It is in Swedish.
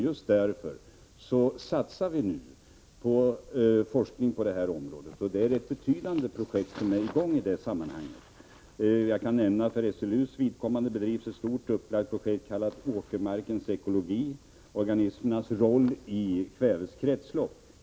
Just därför satsar vi nu på forskning, och ett betydande projektarbete är på gång i det sammanhanget. Jag kan nämna att det för SLU:s vidkommande bedrivs ett brett upplagt projekt kallat Åkermarkens ekologi, organismernas roll i kvävets kretslopp.